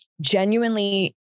genuinely